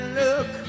look